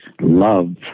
love